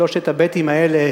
שלושת הבי"תים האלה.